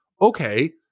Okay